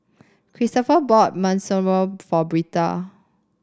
Christoper bought Monsunabe for Britta